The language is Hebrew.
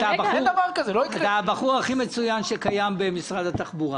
אתה הבחור הכי מצוין שקיים במשרד התחבורה,